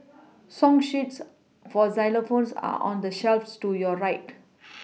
song sheets for xylophones are on the shelves to your right